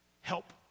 Help